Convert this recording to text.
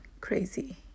crazy